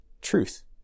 truth